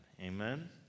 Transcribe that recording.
Amen